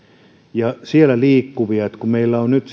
ja siellä liikkuville meillä on nyt